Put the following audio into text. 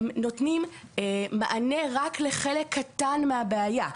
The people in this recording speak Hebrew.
נותנים מענה רק לחלק קטן מהבעיה.